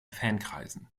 fankreisen